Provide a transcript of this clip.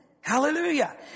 Hallelujah